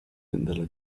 dalla